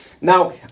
Now